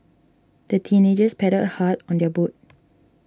the teenagers paddled hard on their boat